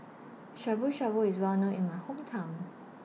Shabu Shabu IS Well known in My Hometown